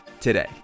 today